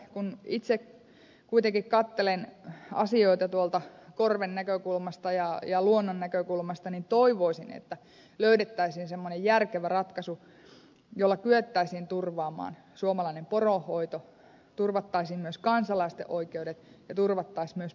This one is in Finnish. kun itse kuitenkin katselen asioita tuolta korven näkökulmasta ja luonnon näkökulmasta niin toivoisin että löydettäisiin semmoinen järkevä ratkaisu jolla kyettäisiin turvaamaan suomalainen poronhoito turvattaisiin myös kansalaisten oikeudet ja turvattaisiin myös petojen oikeudet